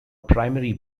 primary